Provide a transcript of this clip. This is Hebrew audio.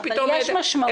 אבל יש משמעות ללחץ ציבורי.